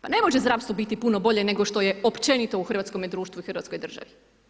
Pa ne može zdravstvo biti puno bolje nego što je općenito u hrvatskom društvu i Hrvatskoj državi.